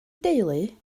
deulu